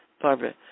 Barbara